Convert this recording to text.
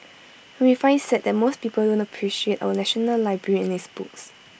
and we find IT sad that most people don't appreciate our National Library and its books